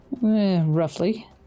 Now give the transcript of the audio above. Roughly